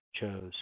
chose